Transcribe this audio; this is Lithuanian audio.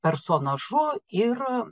personažu ir